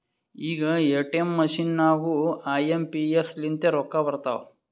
ಈಗ ATM machine ನಾಗೂ I M P S ಲಿಂತೆ ರೊಕ್ಕಾ ಬರ್ತಾವ್